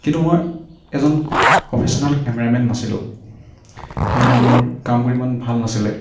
কিন্তু মই এজন প্ৰফেশ্যনেল কেমেৰামেন নাছিলো সেইবাবে মোৰ কামবোৰ ইমান ভাল নাছিলে